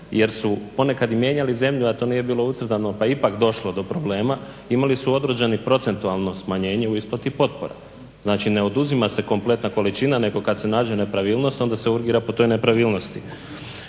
jer su ponekad i mijenjali zemlju, a to nije bilo ucrtano pa ipak došlo do problema imali su određeni procentualno smanjenje u isplati potpora. Znači ne oduzima se kompletna količina nego kad se nađe nepravilnost onda se urgira po toj nepravilnosti.